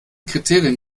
kriterien